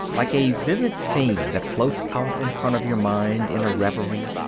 like a vivid scene that floats out in front of your mind in a reverie,